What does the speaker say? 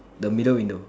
the middle window